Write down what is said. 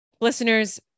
listeners